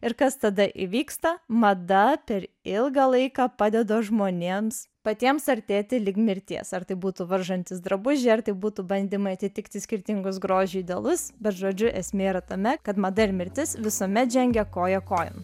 ir kas tada įvyksta mada per ilgą laiką padeda žmonėms patiems artėti link mirties ar tai būtų varžantys drabužiai ar tai būtų bandymai atitikti skirtingus grožio idealus bet žodžiu esmė yra tame kad mada ir mirtis visuomet žengia koja kojon